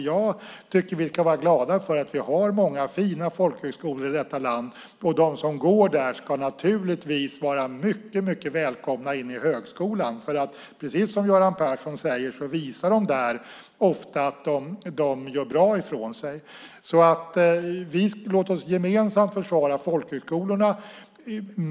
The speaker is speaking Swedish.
Jag tycker att vi ska vara glada för att vi har många fina folkhögskolor i detta land, och de som går där ska naturligtvis vara mycket välkomna in i högskolan. Precis som Göran Persson säger visar de ofta där att de gör bra ifrån sig. Låt oss gemensamt försvara folkhögskolorna!